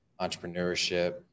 entrepreneurship